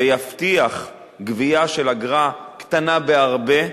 ויבטיח גבייה של אגרה קטנה בהרבה,